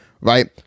right